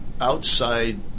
outside